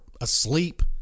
asleep